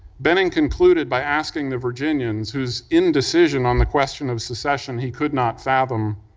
benning concluded by asking the virginians, whose indecision on the question of secession he could not fathom,